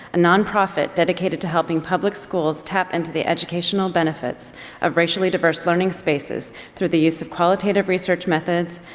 a non-profit dedicated to helping public schools tap into the educational benefits of racially diverse learning spaces through the use of qualitative research methods,